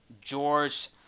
George